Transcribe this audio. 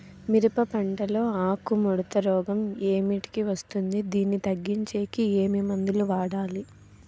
మిరప పంట లో ఆకు ముడత రోగం ఏమిటికి వస్తుంది, దీన్ని తగ్గించేకి ఏమి మందులు వాడాలి?